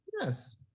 Yes